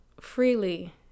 freely